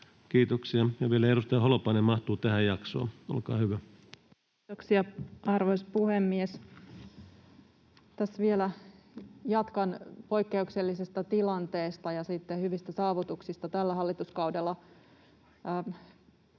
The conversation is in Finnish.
Kiitoksia. — Ja vielä edustaja Holopainen mahtuu tähän jaksoon. — Olkaa hyvä. Kiitoksia, arvoisa puhemies! Tässä vielä jatkan poikkeuksellisesta tilanteesta ja hyvistä saavutuksista tällä hallituskaudella.